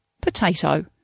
potato